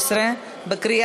תודה